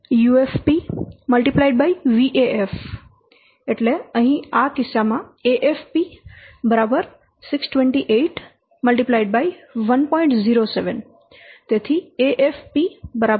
AFP UFP VAF 628 1